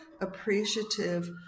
appreciative